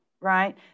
right